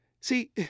see